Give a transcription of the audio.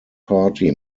party